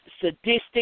sadistic